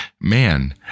man